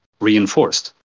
reinforced